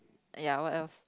ya what else